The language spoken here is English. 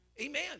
Amen